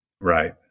Right